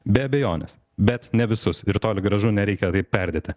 be abejonės bet ne visus ir toli gražu nereikia taip perdėti